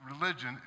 religion